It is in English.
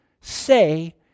say